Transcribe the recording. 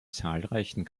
zahlreichen